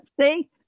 See